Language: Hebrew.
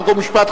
חוק ומשפט,